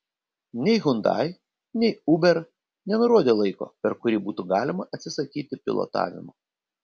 nei hyundai nei uber nenurodė laiko per kurį būtų galima atsisakyti pilotavimo